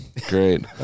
great